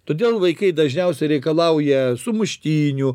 todėl vaikai dažniausiai reikalauja sumuštinių